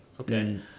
Okay